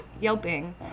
yelping